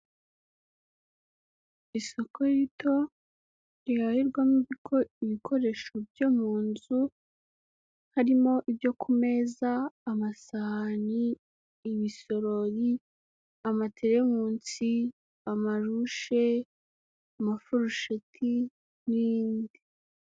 Isoko rito riharirirwamo ibikoresho byo mu nzu, harimo ibyo ku meza, amasahani, ibisorori, amaterimosi, amarushe, amafurusheti n'ibindi.